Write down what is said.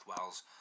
Wales